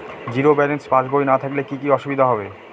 Zero balance পাসবই না থাকলে কি কী অসুবিধা হবে?